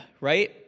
right